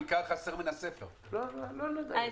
אני לא מצליח להבין,